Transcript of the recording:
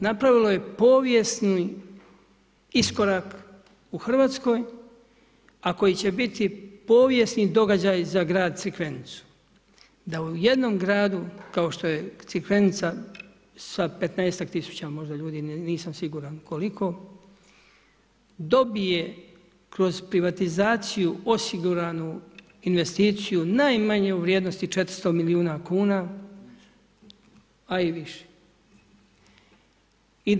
Napravilo je povijesni iskorak u Hrvatskoj, a koji će biti povijesni događaj za grad Crikvenicu da u jednom gradu kao što je Crikvenica sa 15ak tisuća možda ljudi, nisam siguran koliko, dobije kroz privatizaciju osiguranu investiciju najmanje u vrijednosti 400 milijuna kuna, a i više.